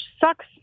sucks